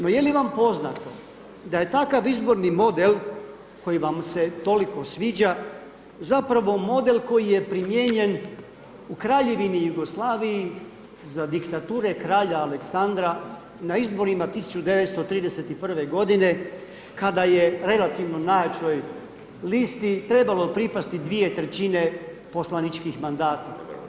No, je li vam poznato da je takav izborni model koji vam se toliko sviđa zapravo model koji je primijenjen u Kraljevini Jugoslaviji za diktature kralja Aleksandra na izborima 1931. g. kada je relativno najjačoj listi trebalo pripasti 2/3 poslaničkih mandata?